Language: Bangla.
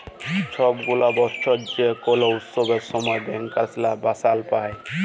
ছব গুলা বসর যে কল উৎসবের সময় ব্যাংকার্সরা বলাস পায়